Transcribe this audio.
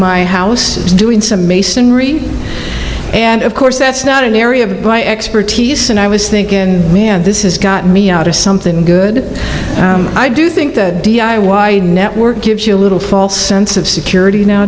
my house doing some masonry and of course that's not an area of my expertise and i was thinking man this is got me out of something good i do think that d i y network gives you a little false sense of security now